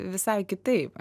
visai kitaip